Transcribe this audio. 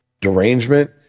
derangement